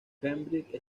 cambridge